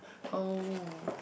oh